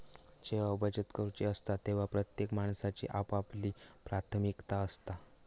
जेव्हा बचत करूची असता तेव्हा प्रत्येक माणसाची आपापली प्राथमिकता असता